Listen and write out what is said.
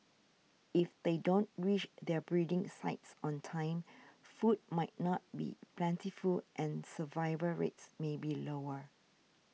if they don't reach their breeding sites on time food might not be plentiful and survival rates may be lower